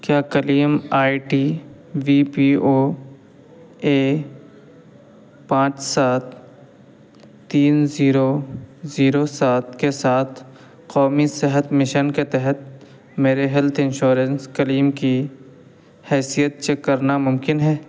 کیا claim I D V P O A پانچ سات تین زیرو زیرو سات کے ساتھ قومی صحت مشن کے تحت میرے ہیلتھ انشورنس کلیم کی حیثیت چیک کرنا ممکن ہے